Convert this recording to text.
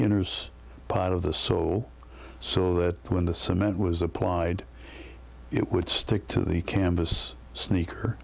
inners part of the so so that when the cement was applied it would stick to the canvas sneaker